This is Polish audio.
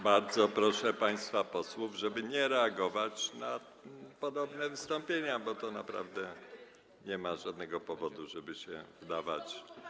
Bardzo proszę państwa posłów, żeby nie reagować na podobne wystąpienia, bo naprawdę nie ma żadnego powodu, żeby się wdawać.